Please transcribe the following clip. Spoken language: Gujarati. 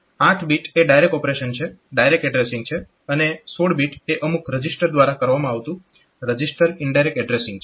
8 બીટ એ ડાયરેક્ટ ઓપરેશન છે ડાયરેક્ટ એડ્રેસીંગ છે અને 16 બીટ એ અમુક રજીસ્ટર દ્વારા કરવામાં આવતું રજીસ્ટર ઈનડાયરેક્ટ એડ્રેસીંગ છે